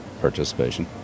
participation